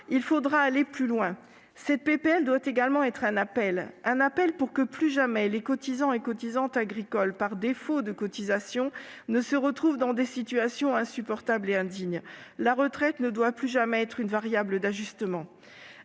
Il faudra aller plus loin et cette proposition de loi doit également être un appel. Un appel pour que plus jamais les cotisants et cotisantes agricoles ne se retrouvent, par défaut de cotisations, dans des situations insupportables et indignes. La retraite ne doit plus jamais être une variable d'ajustement.